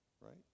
right